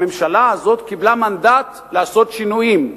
הממשלה הזאת קיבלה מנדט לעשות שינויים,